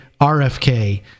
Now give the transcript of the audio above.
RFK